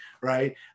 Right